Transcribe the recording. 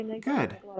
Good